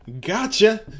Gotcha